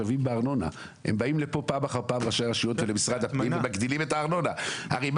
שהאזרח שכן מפריד במקור וכן עושה הכול,